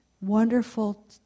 Wonderful